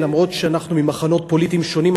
אומנם אנחנו ממחנות פוליטיים שונים,